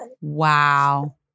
Wow